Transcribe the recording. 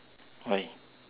why